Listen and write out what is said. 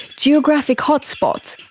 geographic hot-spots,